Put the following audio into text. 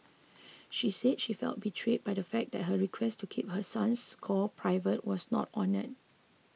she said she felt betrayed by the fact that her request to keep her son's score private was not honoured